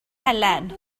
helen